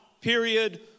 period